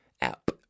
app